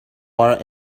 are